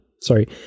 sorry